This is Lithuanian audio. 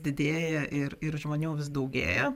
didėja ir ir žmonių vis daugėja